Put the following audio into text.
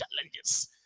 challenges